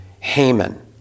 Haman